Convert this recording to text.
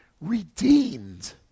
redeemed